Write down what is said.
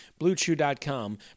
BlueChew.com